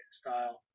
style